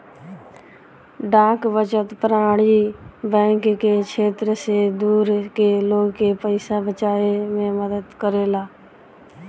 डाक बचत प्रणाली बैंक के क्षेत्र से दूर के लोग के पइसा बचावे में मदद करेला